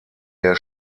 der